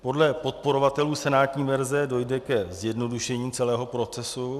Podle podporovatelů senátní verze dojde ke zjednodušení celého procesu.